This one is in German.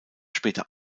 später